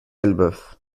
elbeuf